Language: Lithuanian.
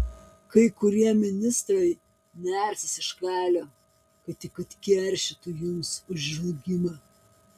kai kurie ministrai nersis iš kailio kad tik atkeršytų jums už žlugimą